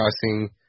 crossing